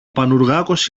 πανουργάκος